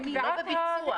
בקביעת התקנים.